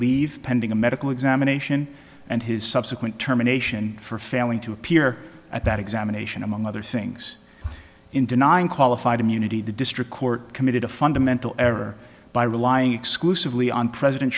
leave pending a medical examination and his subsequent terminations for failing to appear at that examination among other things in denying qualified immunity the district court committed a fundamental error by relying exclusively on president